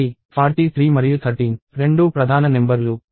కాబట్టి 43 మరియు 13 రెండూ ప్రధాన నెంబర్ లు